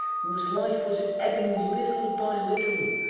whose life was ebbing little by little.